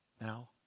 now